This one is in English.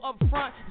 upfront